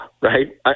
right